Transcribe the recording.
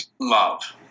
love